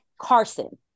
Carson